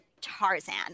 tarzan